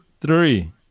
three